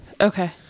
Okay